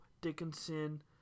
Dickinson